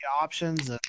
options